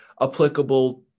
applicable